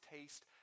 taste